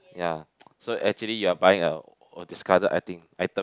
ya so actually you are buying a discarded thing item